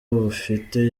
bufite